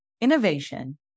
innovation